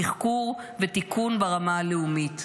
תחקור ותיקון ברמה הלאומית.